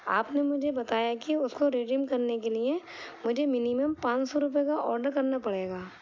آپ نے مجھے بتایا کہ اس کو ریڈیم کرنے کے لیے مجھے منیمم پان سو روپئے کا آڈر کرنا پڑے گا